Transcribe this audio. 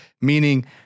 meaning